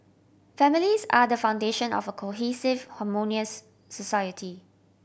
families are the foundation of a cohesive harmonious society